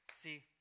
See